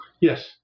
Yes